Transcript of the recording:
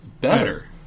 better